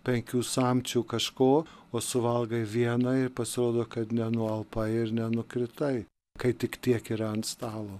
penkių samčių kažko o suvalgai vieną ir pasirodo kad nenualpai ir nenukritai kai tik tiek yra ant stalo